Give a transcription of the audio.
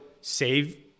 save